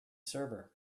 server